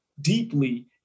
deeply